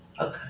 Okay